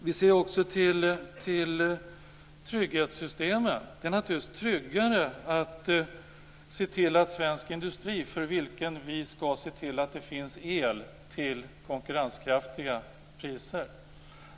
Vi ser också till trygghetssystemen. Vi skall förse svensk industri med el till konkurrenskraftiga priser.